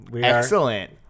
Excellent